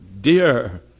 dear